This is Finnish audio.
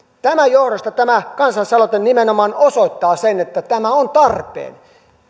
tämän johdosta tämä kansalaisaloite nimenomaan osoittaa sen että tämä on tarpeen